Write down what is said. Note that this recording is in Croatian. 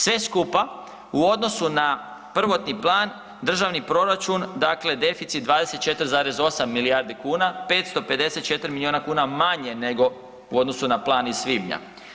Sve skupa u odnosu na prvotni plan državni proračun dakle deficit 24,8 milijardi kuna, 554 miliona kuna manje nego u odnosu na plan iz svibnja.